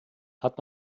hat